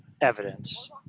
evidence